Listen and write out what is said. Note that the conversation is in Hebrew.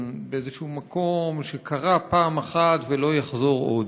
באיזשהו מקום שקרה פעם אחת ולא יחזור עוד.